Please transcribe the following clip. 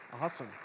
awesome